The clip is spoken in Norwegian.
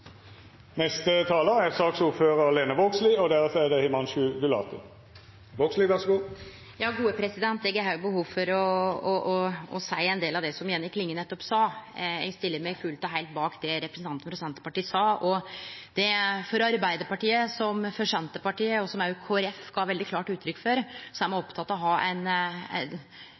det. Eg har òg behov for å seie ein del av det som Jenny Klinge nettopp sa. Eg stiller meg fullt og heilt bak det representanten frå Senterpartiet sa. For Arbeidarpartiet, som Senterpartiet – og Kristeleg Folkeparti gav klart uttrykk for det same – er opptekne av å